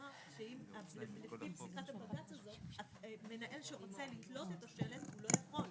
מנהל בית חולים שרוצה לתלות את השלט, הוא לא יכול.